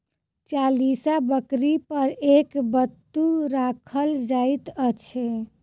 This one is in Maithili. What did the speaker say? चालीस बकरी पर एक बत्तू राखल जाइत छै